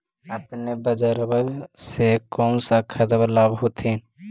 अपने बजरबा से कौन सा खदबा लाब होत्थिन?